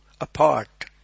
apart